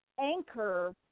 anchor